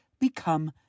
become